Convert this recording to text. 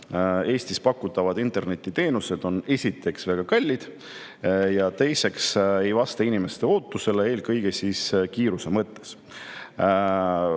Eestis pakutavad internetiteenused on esiteks väga kallid ja teiseks ei vasta inimeste ootustele, eelkõige kiiruse mõttes.